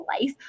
life